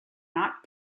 not